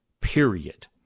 period